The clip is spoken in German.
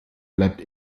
bleibt